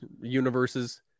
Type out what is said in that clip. universes